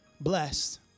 blessed